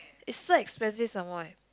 it's so expensive some more eh